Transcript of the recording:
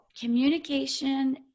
communication